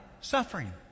suffering